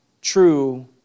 true